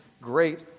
great